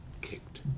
kicked